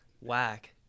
Whack